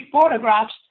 photographs